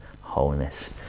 wholeness